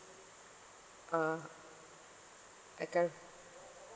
uh account